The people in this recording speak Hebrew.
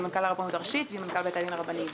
עם מנכ"ל הרבנות הראשית ועם מנכ"ל בתי הדין הרבניים.